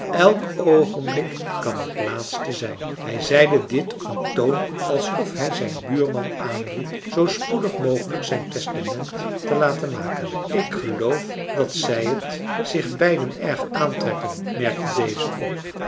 elk oogenblik kan het laatste zijn hij zeide dit op een toon alsof hij zijn buurman aanried zoo spoedig mogelijk zijn testament te laten maken ik geloof dat zij t zich beiden erg aantrekken merkte deze op